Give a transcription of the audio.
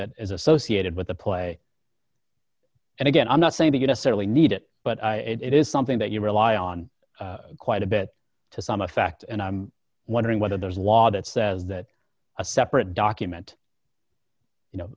that is associated with the play and again i'm not saying to get us certainly need it but it is something that you rely on quite a bit to some effect and i'm wondering whether there's a law that says that a separate document you know